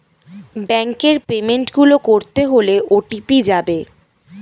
ব্যাংকের পেমেন্ট গুলো করতে হলে ও.টি.পি যাবে